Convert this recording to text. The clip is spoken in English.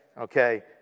okay